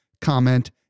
comment